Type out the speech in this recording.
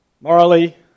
Morally